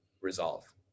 resolve